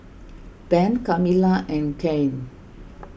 Ben Kamilah and Kanye